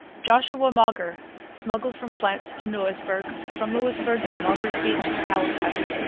joshua mauger smuggled from france to louisbourg, from louisbourg to mauger's beach near halifax,